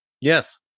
Yes